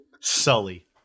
Sully